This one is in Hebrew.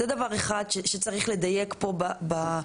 זה דבר אחד שצריך לדייק פה בעניין.